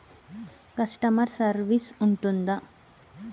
Customer service ఉంటుందా?